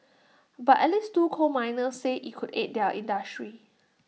but at least two coal miners say IT could aid their industry